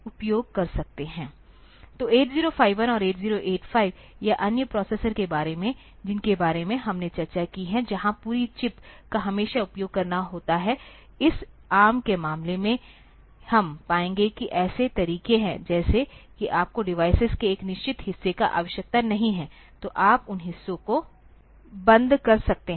तो 8051 या 8085 या अन्य प्रोसेसर के बारे में जिनके बारे में हमने चर्चा की है जहां पूरी चिप का हमेशा उपयोग करना होता है इस एआरएम के मामले में हम पाएंगे कि ऐसे तरीके हैं जैसे कि आपको डिवाइस के एक निश्चित हिस्से की आवश्यकता नहीं है तो आप उन हिस्सों को बंद कर सकते हैं